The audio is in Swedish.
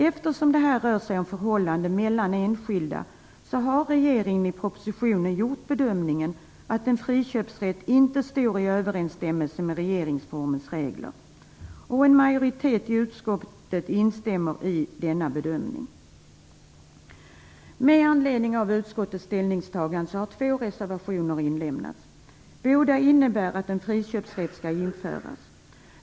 Eftersom det här rör sig om förhållande mellan enskilda har regeringen i propositionen gjort bedömningen att en friköpsrätt inte står i överensstämmelse med regeringsformens regler. En majoritet i utskottet instämmer i denna bedömning. Med anledning av utskottets ställningstagande har två reservationer inlämnats. Båda innebär att en friköpsrätt skall införas.